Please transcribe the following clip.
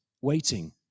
waiting